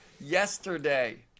yesterday